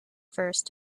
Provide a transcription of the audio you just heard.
first